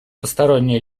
посторонние